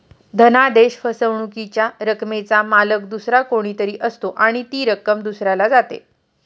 धनादेश फसवणुकीच्या रकमेचा मालक दुसरा कोणी तरी असतो आणि ती रक्कम दुसऱ्याला जाते